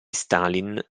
stalin